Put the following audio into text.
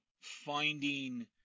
finding